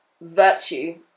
virtue